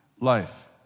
life